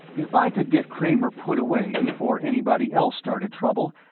if i could get kramer put away before anybody else started trouble,